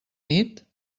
nit